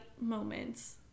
moments